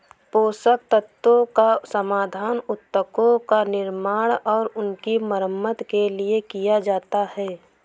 पोषक तत्वों का समाधान उत्तकों का निर्माण और उनकी मरम्मत के लिए किया जाता है